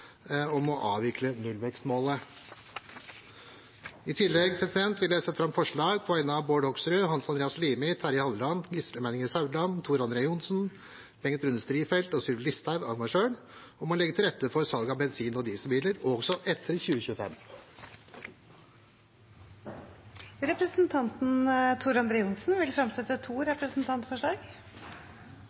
om å avvikle nullvekstmålet. I tillegg vil jeg sette fram forslag på vegne av Bård Hoksrud, Hans Andreas Limi, Terje Halleland, Gisle Meininger Saudland, Tor André Johnsen, Bengt Rune Strifeldt, Sylvi Listhaug og meg selv om å legge til rette for salg av bensin- og dieselbiler også etter 2025. Representanten Tor André Johnsen vil fremsette to representantforslag.